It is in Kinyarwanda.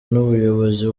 n’ubuyobozi